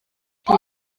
die